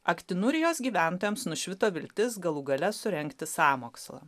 akstinu ir jos gyventojams nušvito viltis galų gale surengti sąmokslą